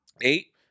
Eight